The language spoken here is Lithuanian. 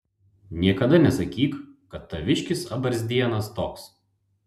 niekada nesakyk kad taviškis abarzdienas toks